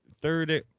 third